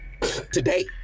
Today